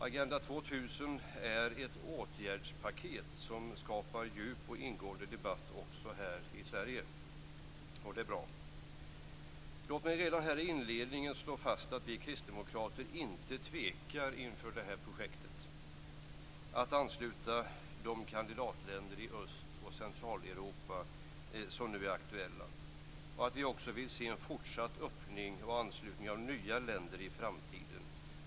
Agenda 2000 är ett åtgärdspaket som skapar djup och ingående debatt också här i Sverige, och det är bra. Låt mig redan här i inledningen slå fast att vi kristdemokrater inte tvekar inför projektet att ansluta de kandidatländer i Öst och Centraleuropa som nu är aktuella. Vi vill också se en fortsatt öppning och anslutning av nya länder i framtiden.